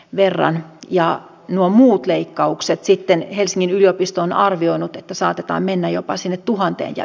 verran ja muut leikkaukset sitten helsingin yliopistoon arvioinut että saatetaan mennä jopa sinne tuhanteen ja